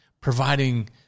providing